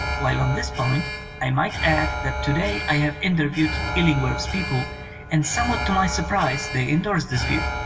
while on this point i might add that to-day i have inter viewed luingworth's people and somewhat to my surprise they endorsed this view.